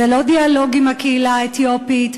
זה לא דיאלוג עם הקהילה האתיופית.